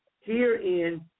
Herein